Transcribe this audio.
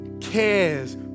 cares